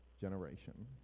generation